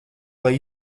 lai